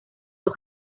los